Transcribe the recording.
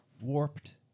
Warped